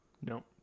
nope